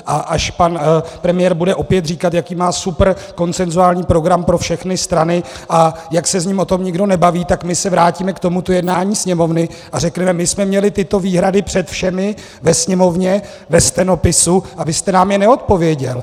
A až pan premiér bude opět říkat, jaký má super konsenzuální program pro všechny strany a jak se s ním o tom nikdo nebaví, tak my se vrátíme k tomuto jednání Sněmovny a řekneme: My jsme měli tyto výhrady před všemi ve Sněmovně ve stenopisu a vy jste nám je neodpověděl.